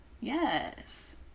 Yes